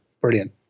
brilliant